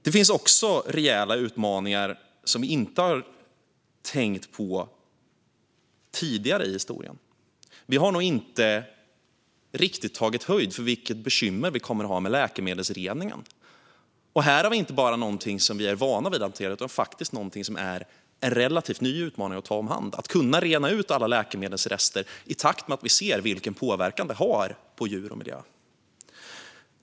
Det finns också rejäla utmaningar som vi inte har tänkt på tidigare i historien. Vi har nog inte riktigt tagit höjd för vilket bekymmer vi kommer att ha med läkemedelsreningen. Här har vi inte bara någonting som vi är vana vid att hantera utan faktiskt någonting som är en relativt ny utmaning: att kunna rena ut alla läkemedelsrester i takt med att vi ser vilken påverkan de har på djur och miljö.